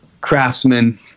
craftsman